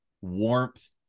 warmth